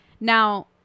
now